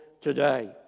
today